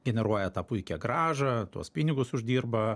generuoja tą puikią grąžą tuos pinigus uždirba